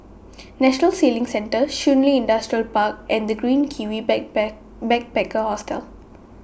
National Sailing Centre Shun Li Industrial Park and The Green Kiwi Back pack Backpacker Hostel